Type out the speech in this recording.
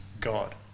God